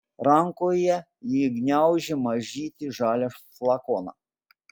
rankoje ji gniaužė mažytį žalią flakoną